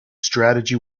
strategy